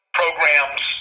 programs